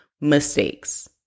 mistakes